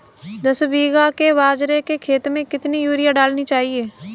दस बीघा के बाजरे के खेत में कितनी यूरिया डालनी चाहिए?